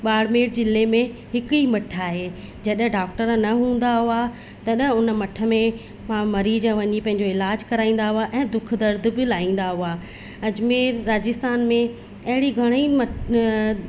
बाड़मेर जिले में हिकु ई मठ आहे जॾहिं डॉक्टर न हूंदा हुआ तॾहिं उन मठ में वहा मरीज वञी पंहिंजो इलाज कराईंदा हुआ ऐं दुख दर्द बि लाहिंदा हुआ अजमेर राजस्थान में अहिड़ी घणेई म अ